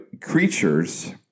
creatures